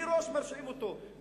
מראש מרשיעים אותו,